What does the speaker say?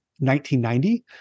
1990